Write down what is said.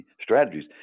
strategies